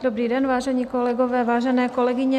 Dobrý den, vážení kolegové, vážené kolegyně.